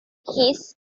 his